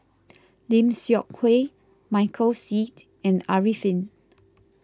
Lim Seok Hui Michael Seet and Arifin